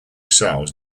cells